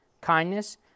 kindness